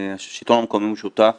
אני חושב שהשלטון המקומי הוא שותף